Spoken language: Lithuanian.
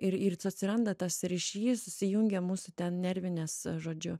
ir ir catsiranda tas ryšys susijungia mūsų ten nervinės žodžiu